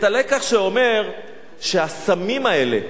את הלקח שאומר שהסמים האלה,